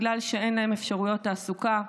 בגלל שאין להם אפשרויות תעסוקה,